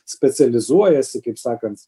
specializuojasi kaip sakant